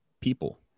people